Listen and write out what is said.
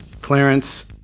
Clarence